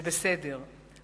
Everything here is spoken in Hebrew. זה בסדר.